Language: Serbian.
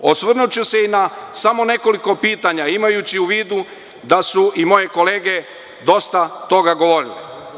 Osvrnuću se i na samo nekoliko pitanja, imajući u vidu da su i moje kolege dosta toga govorile.